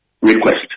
request